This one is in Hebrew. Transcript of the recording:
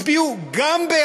גם הצביעו בעד,